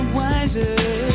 wiser